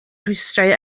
rhwystrau